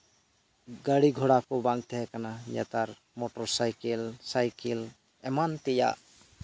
ᱜᱟᱹᱲᱤ ᱜᱷᱚᱲᱟ ᱠᱚ ᱵᱟᱝ ᱛᱟᱦᱮᱸ ᱠᱟᱱᱟ ᱱᱮᱛᱟᱨ ᱢᱚᱴᱚᱨ ᱥᱟᱭᱠᱮᱞ ᱥᱟᱭᱠᱮᱞ ᱮᱢᱟᱱ ᱛᱮᱭᱟᱜ